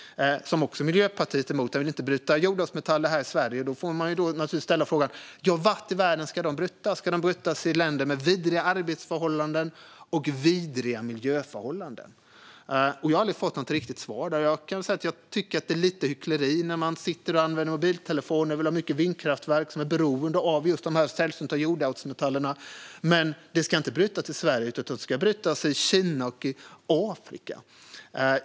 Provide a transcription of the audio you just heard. Det är Miljöpartiet också emot. De vill inte att vi ska bryta jordartsmetaller här i Sverige. Då är frågan: Var i världen ska de brytas? Ska de brytas i länder med vidriga arbetsförhållanden och vidriga miljöförhållanden? Jag har aldrig fått något riktigt svar på det. Jag tycker att det är lite hyckleri när man sitter och använder mobiltelefoner och när man vill ha många vindkraftverk som är beroende av just dessa sällsynta jordartsmetallerna, men de ska inte brytas i Sverige utan i Kina och i Afrika.